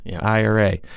IRA